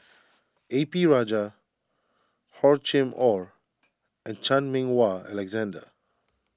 A P Rajah Hor Chim or and Chan Meng Wah Alexander